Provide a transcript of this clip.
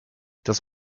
das